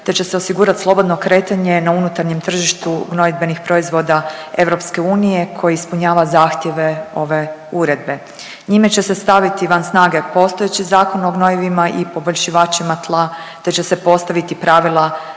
te će se osigurati slobodno kretanje na unutarnjem tržištu gnojidbenih proizvoda EU koji ispunjava zahtjeve ove uredbe. Njime će se staviti van snage postojeći Zakon o gnojivima i poboljšivačima tla te će se postaviti pravila